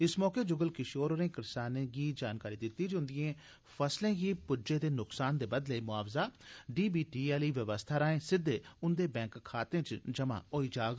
इस मौके जुगल किशोर होरें करसानें गी जानकारी दित्ती जे उन्दिए फसलें गी पुज्जे दे नुक्सान दे बदले मोआवजा डीबीटी आली व्यवस्था राएं सिद्दे उन्दे बैंक खातें च जमा होई जाग